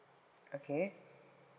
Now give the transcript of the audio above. okay